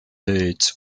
birds